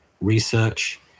research